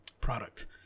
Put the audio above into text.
product